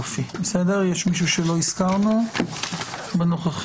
יש מישהו שלא הזכרנו בנוכחים?